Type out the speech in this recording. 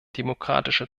demokratische